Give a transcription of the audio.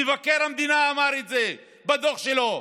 מבקר המדינה אמר את זה בדוח שלו,